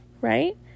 right